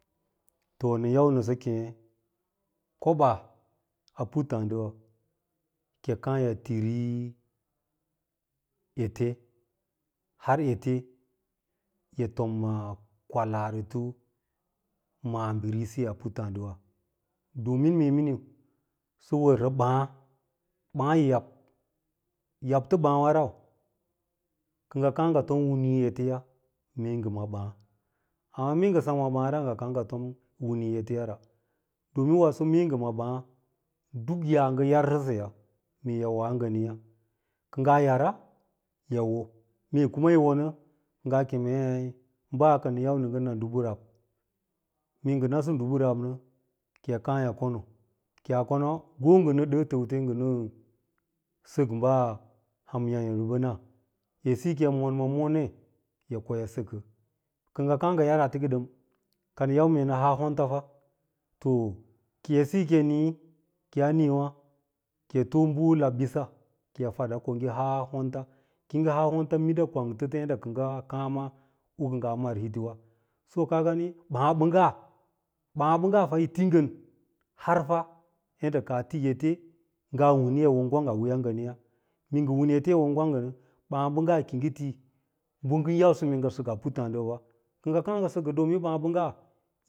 To nɚn yau nɚsɚ kêê koɓaa a puttààdiwa kɚi kààê yi tiri ete har ete yi tom ma kwaborito maabirilisiya a puttààɗiwa domin mee miniu sɚ wɚrsɚ ɓàà ɓàà yi yabi yabto ɓààwa yau kɚ ngɚ kaa ngɚ tom winee eteya mee ngɚ ma ɓààra ngɚ kaa ngɚ tom wine eteyara, waso mee ngɚ ma ɓàà duk yaa ngɚ yarsɚsɚya mee yi woa naniyà kɚ ngaa yara kɚi wo, mee yi wonɚ ngaa kemei ɓaa ka nɚ yau nɚ ngɚ n dubu nab mee ngɚ nasɚ dubu nab nɚ kɚi kàà y ikon o, ki yaa ken naa ngo ngɚ dɚlɚ tɚnte ngɚ nɚn sɚk ɓaa ham yààyǒ bɚna, edsiyi ki yi mon ma monee yi ko yi sɚkɚ, kɚ ngɚ kàà ngɚ yar ate ke dɚm ka nɚ yau nɚ haa honta fa, to eɗsiyi kɚ yi nii, kɚ yaa nii wà ki yi too bɚ lab ɓisa yi fada ko yi haa honts, ki yi haa honta minda kwanyto yadda kɚ ngaa kàà ma u kɚ ngan mar hitowa, so ka gani ɓààɓɚngga ɓààɓɚ ngga ma yi to ngɚ har ma yalla kaa ti ete ngaa wini yi givanga wiyaa nganiyà, mee win ete yin won gwanggɚ kɚ ngɚ kàà ngɚ sɚkɚ mee ɓààɓɚngga.